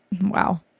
wow